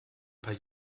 paar